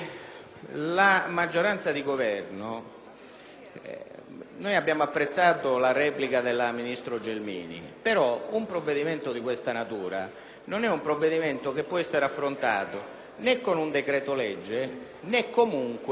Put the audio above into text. Noi abbiamo apprezzato la replica della ministro Gelmini, ma un provvedimento di questa natura non può essere affrontato né con un decreto-legge, né comunque con un dibattito strozzato.